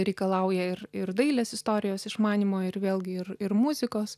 reikalauja ir ir dailės istorijos išmanymo ir vėlgi ir ir muzikos